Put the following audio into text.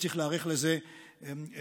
צריך להיערך לזה כבר.